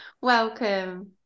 welcome